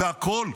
והכול,